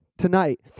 Tonight